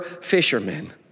fishermen